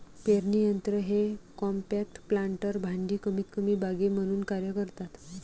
पेरणी यंत्र हे कॉम्पॅक्ट प्लांटर भांडी कमीतकमी बागे म्हणून कार्य करतात